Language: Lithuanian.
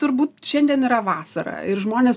turbūt šiandien yra vasara ir žmonės